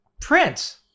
Prince